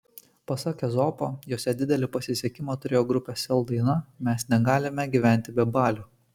pasak ezopo jose didelį pasisekimą turėjo grupės sel daina mes negalime gyventi be balių